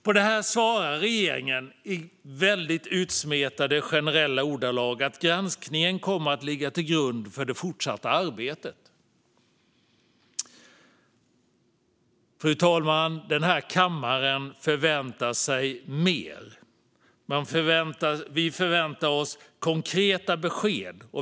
På detta svarar regeringen i väldigt utsmetade och generella ordalag att granskningen kommer att ligga till grund för det fortsatta arbetet. Men den här kammaren förväntar sig mer, fru talman. Vi förväntar oss konkreta besked.